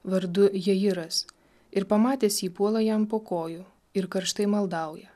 vardu jejiras ir pamatęs jį puola jam po kojų ir karštai maldauja